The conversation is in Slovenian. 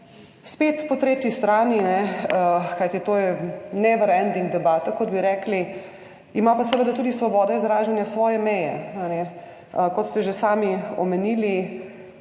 Spet po tretji strani, kajti to je never ending debata, kot bi rekli, ima pa seveda tudi svoboda izražanja svoje meje. Kot ste že sami omenili,